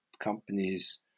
companies